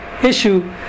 Issue